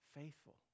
faithful